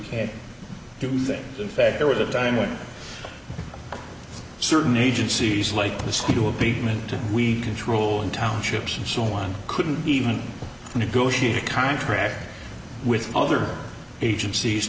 can't do that in fact there was a time when certain agencies like this new appeasement we control in townships and so on couldn't even negotiate a contract with other agencies